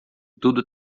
tudo